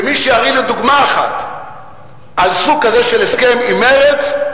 ומי שיראה לי דוגמה אחת על סוג כזה של הסכם עם מרצ,